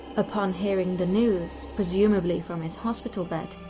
upon hearing the news, presumably from his hospital bed,